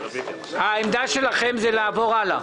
העמדה שלכם היא לעבור הלאה.